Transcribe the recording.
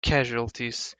casualties